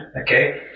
Okay